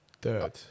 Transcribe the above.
third